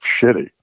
shitty